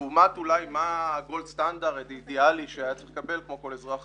לעומת אולי מה הסטנדרט האידיאלי שהיה צריך לקבל כמו כל אזרח